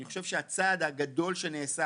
אני חושב שהצעד הגדול שנעשה